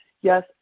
yes